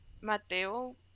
Mateo